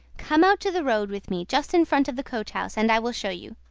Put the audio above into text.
come out to the road with me, just in front of the coach-house, and i will show you.